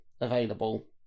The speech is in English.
available